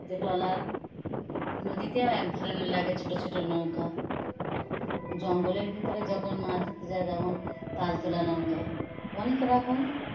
যে ট্রলার নদীতেও এক ধরনের লাগে ছোটো ছোটো নৌকা জঙ্গলের ভিতরে যখন মাছ ধরতে যায় তখন পাল তোলা নৌকা অনেক রকম